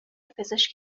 پزشک